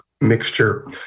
mixture